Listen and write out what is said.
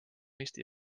eesti